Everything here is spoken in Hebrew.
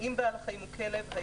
אם בעל החיים הוא כלב,